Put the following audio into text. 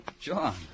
John